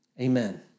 Amen